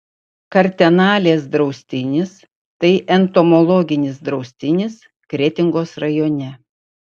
kartenalės draustinis tai entomologinis draustinis kretingos rajone